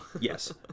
Yes